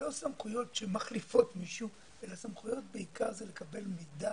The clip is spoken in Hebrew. לא סמכויות שמחליפות מישהו אלא סמכויות כדי בעיקר לקבל מידע